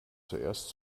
zuerst